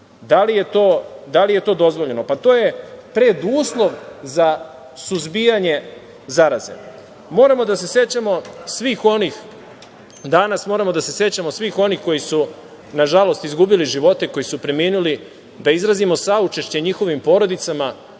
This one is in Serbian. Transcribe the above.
da li je to dozvoljeno? Pa, to je preduslov za suzbijanje zaraze. Danas moramo da se sećamo svih onih koji su, nažalost, izgubili živote i koji su preminuli, da izrazimo saučešće njihovim porodicama,